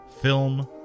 film